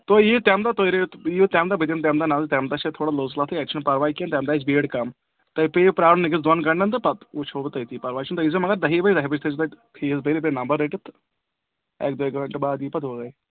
تُہۍ یِیِو تَمہِ دۄہ تُہۍ یِیِو تَمہِ دۄہ بہٕ دِمہٕ تَمہِ دۄہ نظر تَمہِ دۄہ چھ تھوڑا لوٚژ لوٚتھُے اَسہِ چھُنہٕ پَرواے کینٛہہ تَمہِ دۄہ آسہِ بیٖڈ کَم تۄہہِ پیٚیو پیارُن أکِس دۄن گھنٹَن تہٕ پَتہٕ وٕچھو بہٕ تٔتھی پَرواے چھُنہٕ تُہۍ ییی زیو مگر دَہی بَجہِ دَہہِ بَجہِ تھٲے زِ تَتہِ فیٖس بٔرِتھ بیٚیہِ نمبر رٔٹِتھ تہٕ اَکہِ دۄیہِ گٲنٛٹہٕ بعد یی پَتہٕ وٲرۍ